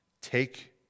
take